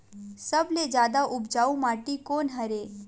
सबले जादा उपजाऊ माटी कोन हरे?